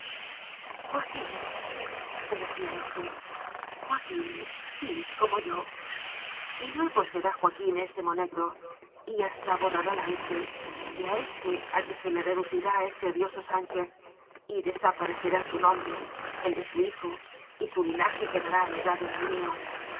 espíritu joaquínse decía éste joaquín sí m como yo y luego será joaquín s monegro y hasta borrará la ese la ese a que se le redu cirá ese odioso sánchez y desaparecerá su nombre el de su hijo y su linaje quedará anegado en el mío